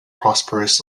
prosperous